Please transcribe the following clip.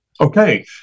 Okay